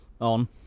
on